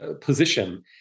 position